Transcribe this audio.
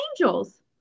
Angels